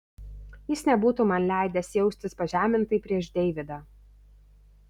jis nebūtų man leidęs jaustis pažemintai prieš deividą